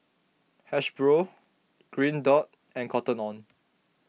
Hasbro Green Dot and Cotton on